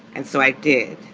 and so i did.